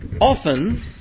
Often